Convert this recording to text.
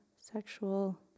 sexual